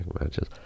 matches